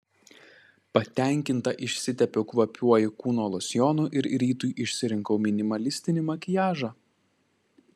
patenkinta išsitepiau kvapiuoju kūno losjonu ir rytui išsirinkau minimalistinį makiažą